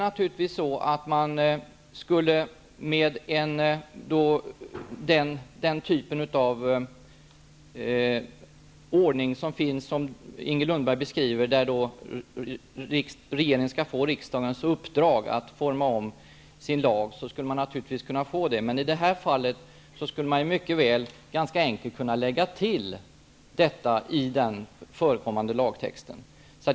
Naturligtvis skulle regeringen, med den ordning som Inger Lundberg beskriver, kunna få riksdagens uppdrag att forma om sin lag. Men i det här fallet skulle det vara mycket enkelt att göra ett tillägg i den förekommande lagtexten.